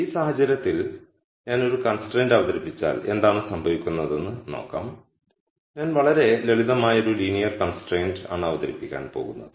ഈ സാഹചര്യത്തിൽ ഞാൻ ഒരു കൺസ്ട്രയിന്റ് അവതരിപ്പിച്ചാൽ എന്താണ് സംഭവിക്കുന്നതെന്ന് നോക്കാം ഞാൻ വളരെ ലളിതമായ ഒരു ലീനിയർ കൺസ്ട്രയിന്റ് ആണ് അവതരിപ്പിക്കാൻ പോകുന്നത്